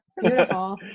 beautiful